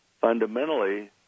fundamentally